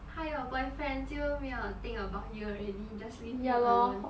她有 boyfriend 就没有 think about you already just leave you alone